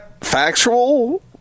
factual